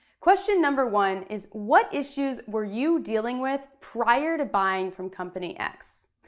question number one is what issues were you dealing with prior to buying from company x?